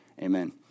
amen